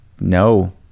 no